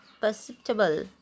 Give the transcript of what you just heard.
perceptible